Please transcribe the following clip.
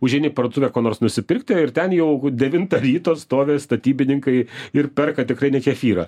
užeini į parduotuvę ko nors nusipirkti ir ten jau devintą ryto stovi statybininkai ir perka tikrai ne kefyrą